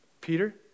Peter